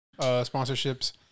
Sponsorships